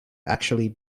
actually